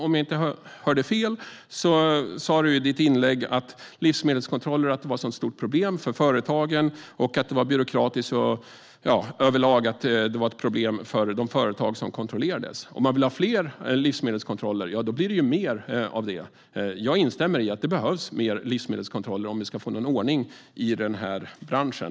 Om jag inte hörde fel sa dock Runar Filper i sitt inlägg att livsmedelskontroller är någonting byråkratiskt som överlag är ett stort problem för de företag som kontrolleras. Men om man vill ha fler livsmedelskontroller blir det ju mer av detta. Jag instämmer i alla fall i att det behövs mer livsmedelskontroller om vi ska få någon ordning i den här branschen.